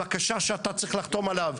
הבקשה שאתה צריך לחתום עליה,